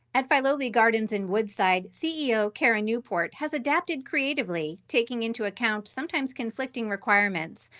at filoli gardens in woodside, ceo kara newport has adapted creatively taking into account sometimes conflicting requirements.